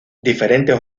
diferentes